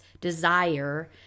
desire